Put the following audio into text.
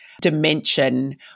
dimension